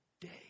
day